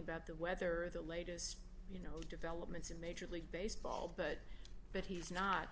about the weather or the latest you know developments in major league baseball but but he's not